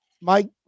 Mike